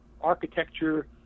architecture